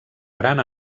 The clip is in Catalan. gran